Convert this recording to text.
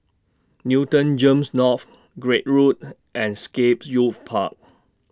Newton Gems North Craig Road and Scape Youth Park